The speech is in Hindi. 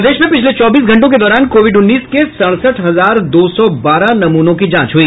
प्रदेश में पिछले चौबीस घंटों के दौरान कोविड उन्नीस के सड़सठ हजार दो सौ बारह नमूनों की जांच हुई